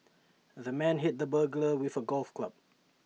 the man hit the burglar with A golf club